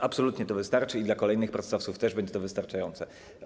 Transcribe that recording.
Absolutnie to wystarczy i dla kolejnych pracodawców też będzie to wystarczające.